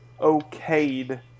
okayed